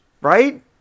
Right